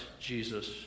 Jesus